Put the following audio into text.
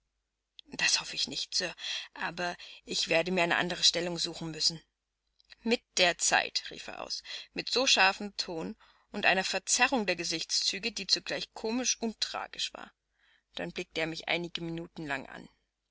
das hoffe ich nicht sir aber ich werde mir eine andere stellung suchen müssen mit der zeit rief er aus mit so scharfem ton und einer verzerrung der gesichtszüge die zugleich komisch und tragisch war dann blickte er mich einige minuten lang an